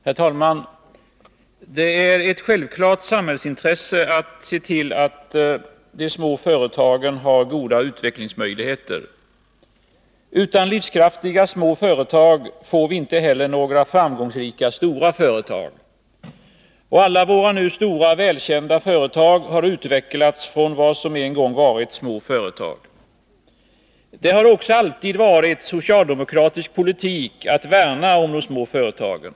Herr talman! Det är ett självklart samhällsintresse att se till att de små företagen har goda utvecklingsmöjligheter. Utan livskraftiga små företag får vi inte heller några framgångsrika stora företag. Alla våra nu stora, välkända företag har utvecklats från vad som en gång varit små företag. Det har också alltid varit socialdemokratisk politik att värna om de små företagen.